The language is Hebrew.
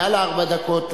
מעל ארבע דקות,